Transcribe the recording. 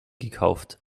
gekauft